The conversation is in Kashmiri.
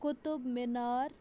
قُطُب میٖنار